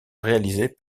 réalisés